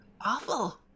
awful